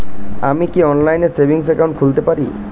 আমি কি অনলাইন এ সেভিংস অ্যাকাউন্ট খুলতে পারি?